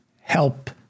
help